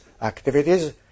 activities